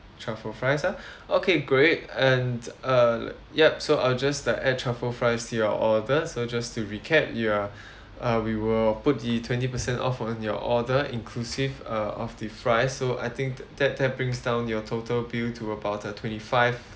truffle fries ah okay great and uh yup so I'll just like add truffle fries to your order so just to recap your uh we will put the twenty percent off on your order inclusive uh of the fries so I think that that brings down your total bill to about uh twenty five